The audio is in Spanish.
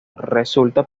resulta